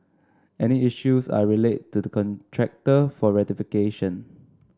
any issues are relayed to the contractor for rectification